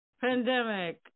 pandemic